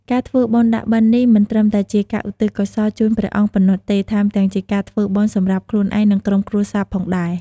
ការធ្វើបុណ្យដាក់បិណ្ឌនេះមិនត្រឹមតែជាការឧទ្ទិសកុសលជូនព្រះអង្គប៉ុណ្ណោះទេ ថែមទាំងជាការធ្វើបុណ្យសម្រាប់ខ្លួនឯង និងក្រុមគ្រួសារផងដែរ។